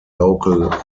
local